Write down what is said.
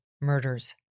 murders